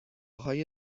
های